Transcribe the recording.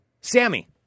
Sammy